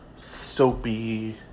soapy